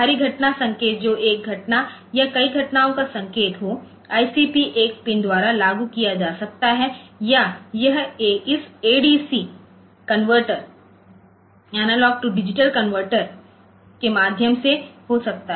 बाहरी घटना संकेत जो एक घटना या कई घटनाओं का संकेत हो ICP एक पिन द्वारा लागू किया जा सकता है या यह इस AD converter analog to digital converter के माध्यम से हो सकता है